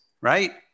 right